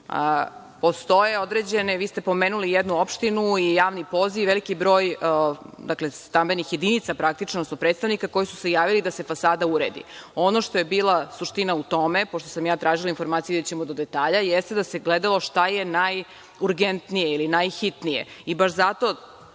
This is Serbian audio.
Postoje određene, vi ste pomenuli jednu opštinu i javni poziv i veliki broj stambenih jedinica praktično predstavnika koji su se javili da se fasada uredi. Ono što je bila suština u tome, pošto sam ja tražila informaciju, videćemo do detalja, jeste da se gledalo šta je najurgentnije ili najhitnije.